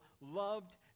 loved